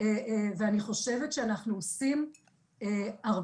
ואני חושבת שאנחנו עושים הרבה,